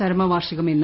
ചരമവാർഷികം ഇന്ന്